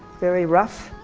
very rough.